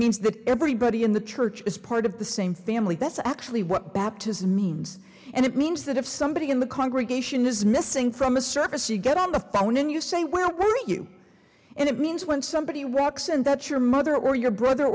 means that everybody in the church is part of the same family that's actually what baptism means and it means that if somebody in the congregation is missing from a service you get on the phone and you say well where are you and it means when somebody walks in that your mother or your brother